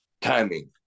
timing